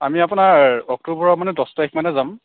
আমি আপোনাৰ অক্টোবৰৰ মানে দহ তাৰিখ মানে যাম